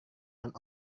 dan